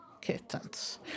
Kittens